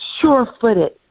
sure-footed